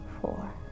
four